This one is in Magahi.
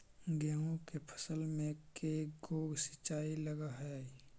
गेहूं के फसल मे के गो सिंचाई लग हय?